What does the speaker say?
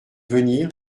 venir